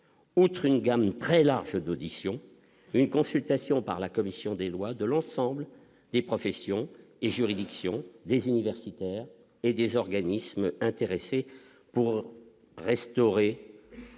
outre une gamme très large d'audition, une consultation par la commission des lois de l'ensemble des professions et juridictions des universités et des organismes intéressés pour restaurer